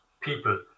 people